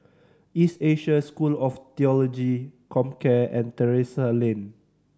East Asia School of Theology Comcare and Terrasse Lane